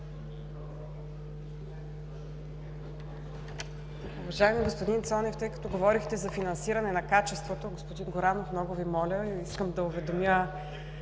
Уважаеми господин Цонев! Тъй като говорихте за финансиране на качеството, господин Горанов, много Ви моля, искам да уведомя